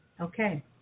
Okay